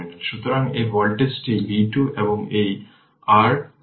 সুতরাং এই ভোল্টেজটি v 2 এবং এই r